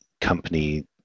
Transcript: company